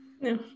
No